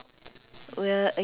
myself why